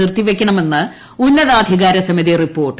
നിർത്തിവയ്ക്കണമെന്നു് ഉ്ന്നതാധികാര സമിതി റിപ്പോർട്ട്